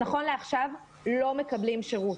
נכון לעכשיו הם לא מקבלים שירות.